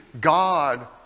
God